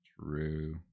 True